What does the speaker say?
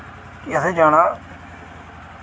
कि असें जाना